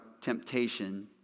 temptation